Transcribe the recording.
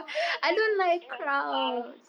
ya ya ya ya